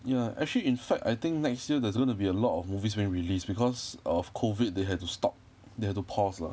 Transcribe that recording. ya actually in fact I think next year there's going to be a lot of movies being released because of COVID they had to stop they had to pause lah